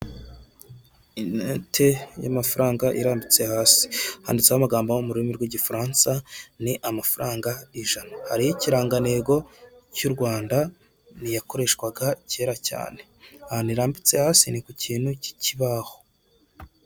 Inote y'amafaranga irambitse hasi, handitseho amagambo yo mu rurimi rw'igifaransa, ni amafaranga ijana, hariho ikirangantego cy'u Rwanda, ni iyakoreshwaga kera cyane, ahantu irambitse hasi ni ku kintu k'ikibaho.